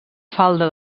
falda